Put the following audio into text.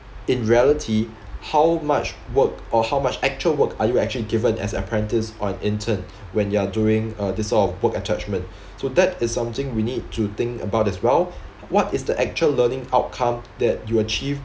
in reality how much work or how much actual work are you actually given as apprentice or an intern when you are doing uh this sort of work attachment so that is something we need to think about as well what is the actual learning outcome that you achieve